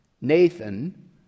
Nathan